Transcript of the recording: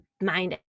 mind